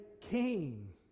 king